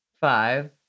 five